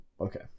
okay